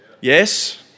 Yes